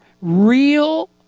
real